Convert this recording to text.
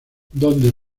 donde